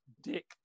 dick